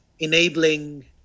enabling